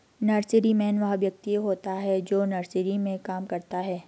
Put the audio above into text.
nurseryman वह व्यक्ति होता है जो नर्सरी में काम करता है